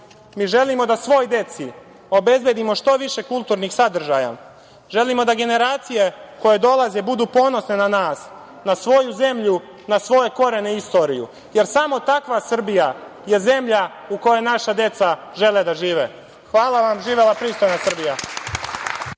mi želimo da svojoj deci obezbedimo što više kulturnih sadržaja, želimo da generacije koje dolaze budu ponosni na nas, na svoju zemlju, na svoje korene i istoriju, jer samo takva Srbija je zemlja u kojoj naša deca žele da žive. Hvala vam. Živela pristojna Srbija.